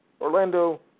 Orlando